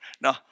No